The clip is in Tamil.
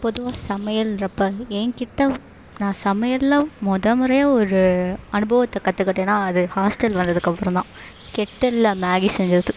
பொதுவாக சமையலுன்றப்போ என்கிட்ட நான் சமையல்ல முதல் முறையாக ஒரு அனுபவத்தை கற்றுக்கிட்டேன்னா அது ஹாஸ்டல் வந்ததுக்கு அப்புறம் தான் கெட்டில்ல மேகி செஞ்சது